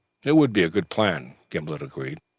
it would be a good plan, gimblet agreed.